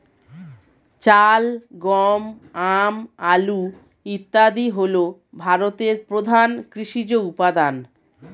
চাল, গম, আম, আলু ইত্যাদি হল ভারতের প্রধান কৃষিজ উপাদান